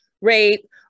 rape